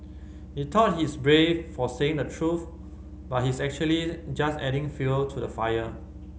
he thought he's brave for saying the truth but he's actually just adding fuel to the fire